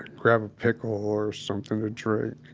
grab a pickle or something to drink.